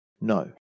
No